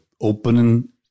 opening